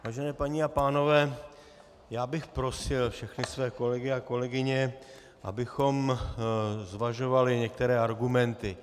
Vážené paní a pánové, já bych prosil všechny své kolegy a kolegyně, abychom zvažovali některé argumenty.